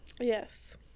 Yes